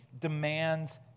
demands